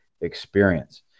experience